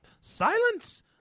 Silence